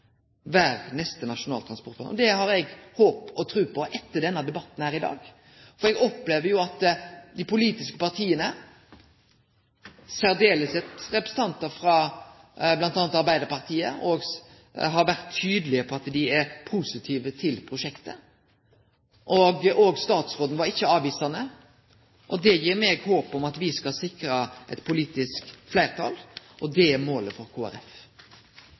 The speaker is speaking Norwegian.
var for svakt og uforpliktande. Me trur likevel, når me ser heilskapen i dette, at første moglegheita for å få fleirtal i denne salen for prosjektet vil vere ved neste Nasjonal transportplan. Det har eg håp og tru på etter denne debatten her i dag. For eg opplever jo at dei politiske partia, særleg representantar frå Arbeidarpartiet, har vore tydelege på at dei er positive til prosjektet, og heller ikkje statsråden var avvisande. Det gir meg håp om at